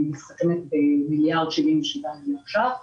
מסתכמת ב-1.077 מיליארד ש"ח,